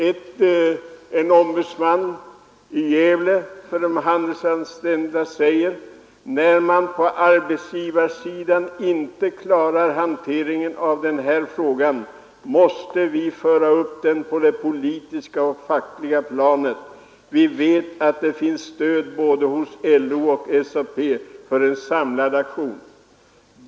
En ombudsman i Gävle för de handelsanställda säger: När man på arbetsgivarsidan inte klarar hanteringen av den här frågan måste vi föra upp den på det politiska och fackliga planet. Vi vet att det finns stöd både hos LO och SAP för en samlad aktion.